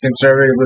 conservative